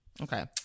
Okay